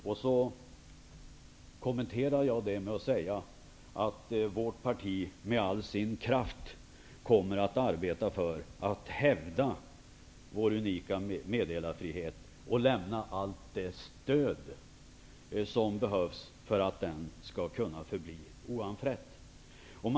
Jag kommenterade det med att säga att vårt parti med all sin kraft kommer att arbeta för att hävda den unika meddelarfriheten och lämna allt stöd som behövs för att den skall kunna förbli oanfrätt.